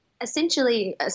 essentially